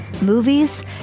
movies